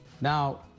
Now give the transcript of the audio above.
Now